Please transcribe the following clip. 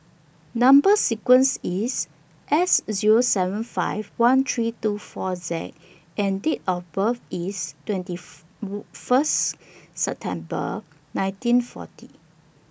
Number sequence IS S Zero seven five one three two four Z and Date of birth IS twenty First September nineteen forty